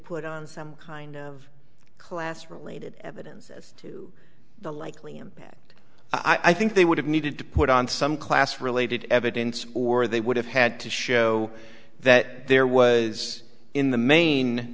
put on some kind of class related evidence as to the likely impact i think they would have needed to put on some class related evidence or they would have had to show that there was in the main